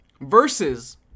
Versus